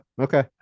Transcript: Okay